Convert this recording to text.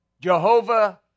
Jehovah